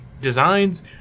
designs